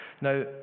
Now